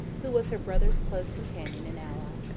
who was her brother's close companion and ally.